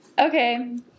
Okay